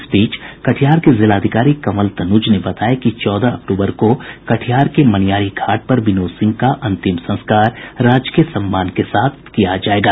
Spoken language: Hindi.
इस बीच जिलाधिकारी कंवल तनुज ने बताया चौदह अक्टूर को कटिहार के मनिहारी घाट पर विनोद सिंह का अंतिम संस्कार राजकीय सम्मान के साथ किया जायेगा